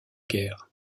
guerre